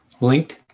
linked